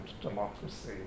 democracy